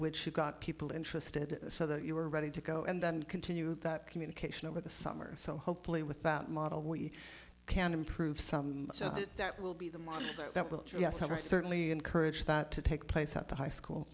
which you got people interested so that you were ready to go and continue that communication over the summer so hopefully without model we can improve some so that will be the model that will certainly encourage thought to take place at the high school